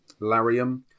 Larium